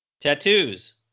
Tattoos